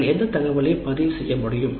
அதில் எந்த தகவலையும் பதிவு செய்ய முடியும்